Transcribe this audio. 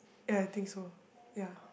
ya I think so ya